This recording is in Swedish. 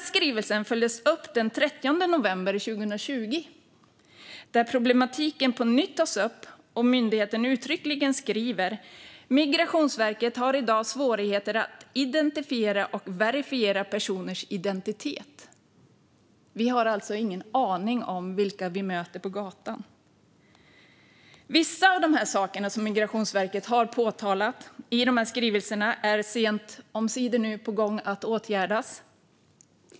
Skrivelsen följdes upp den 30 november 2020 där problemet på nytt tas upp och myndigheten uttryckligen skriver att Migrationsverket i dag har svårigheter att identifiera och verifiera personers identitet. Vi har alltså ingen aning om vilka vi möter på gatan. Vissa av de saker som Migrationsverket har påtalat i skrivelserna är nu sent omsider på gång att åtgärdas.